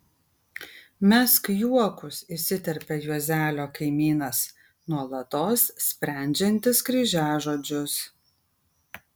mesk juokus įsiterpia juozelio kaimynas nuolatos sprendžiantis kryžiažodžius